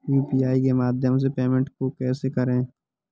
UPI के माध्यम से पेमेंट को कैसे करें?